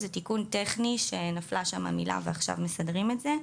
זה תיקון טכני כי נפלה שם מילה ועכשיו מסדרים את זה.